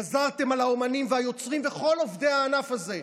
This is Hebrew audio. גזרתם על האומנים והיוצרים וכל עובדי הענף הזה,